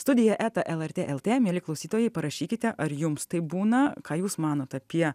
studija eta lrt lt mieli klausytojai parašykite ar jums taip būna ką jūs manot apie